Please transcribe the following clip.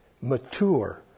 mature